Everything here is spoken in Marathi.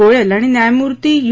गोयल आणि न्यायमूर्ति यू